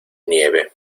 nieve